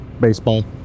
Baseball